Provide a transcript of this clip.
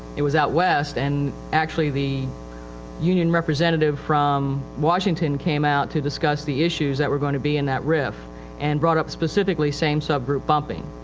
it was out west and actually the union representative from washington came out to discuss the issues that were going to be in that rif and brought up specifically same sub-group bumping.